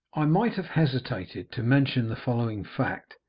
i might have hesitated to mention the following fact,